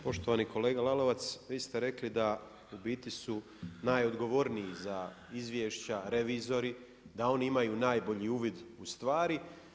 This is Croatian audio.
Poštovani kolega Lalovac, vi ste rekli da u biti su najodgovorniji za izvješća revizori, da oni imaju najbolji uvid u stvari.